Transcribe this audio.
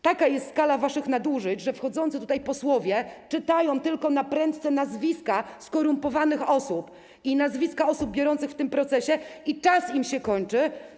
Taka jest skala waszych nadużyć, że wchodzący tutaj posłowie czytają naprędce tylko nazwiska skorumpowanych osób i nazwiska osób biorących udział w tym procesie i czas im się kończy.